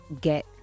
get